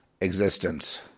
existence